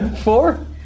Four